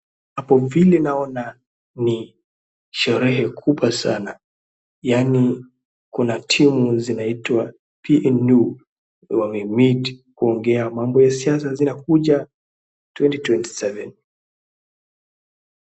Hapa hivi naona ni sherehe kubwa sana yani kuna timu zinaitwa PNU wame meet kuongea mambo ya siasa zinakuja 2027.